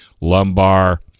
lumbar